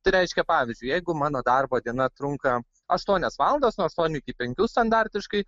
tai reiškia pavyzdžiui jeigu mano darbo diena trunka aštuonias valandas nuo aštuonių iki penkių standartiškai